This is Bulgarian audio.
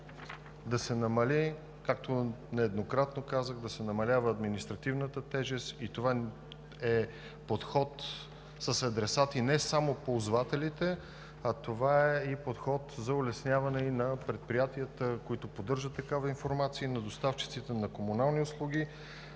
да намалява, както нееднократно казах, административната тежест и това е подход с адресати не само ползвателите, а е и подход за улесняване на предприятията, които поддържат такава информация, и на доставчиците на комунални услуги.